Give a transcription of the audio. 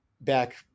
back